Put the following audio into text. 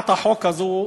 אורן חזן,